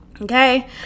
okay